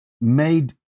made